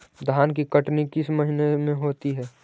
धान की कटनी किस महीने में होती है?